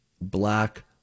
black